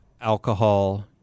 Alcohol